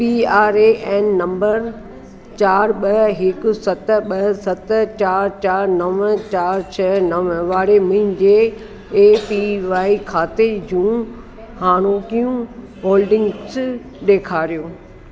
P R A N number चारि ॿ हिकु सत ॿ सत चारि चारि नव चारि छह नव वारे मुंहिंजे ए पी वाइ खाते जूं हाणोकियूं होल्डिंग्स ॾेखारियो